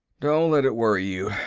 don't let it worry you,